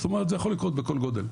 זאת אומרת זה יכול לקרות בכל גודל.